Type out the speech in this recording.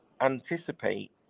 anticipate